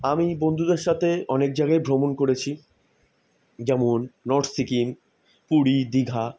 আমি বন্ধুদের সাথে অনেক জায়গায় ভ্রমণ করেছি যেমন নর্থ সিকিম পুরী দীঘা